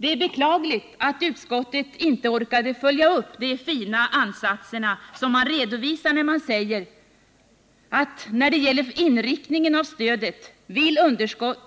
Det är beklagligt att utskottet inte orkade följa upp de fina ansatser som man redovisar när man säger att när det gäller inriktningen av stödet vill